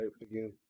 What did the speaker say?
again